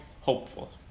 hopeful